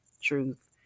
truth